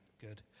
Good